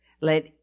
Let